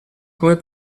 come